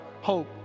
hope